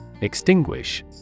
Extinguish